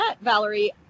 valerie